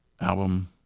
album